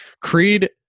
creed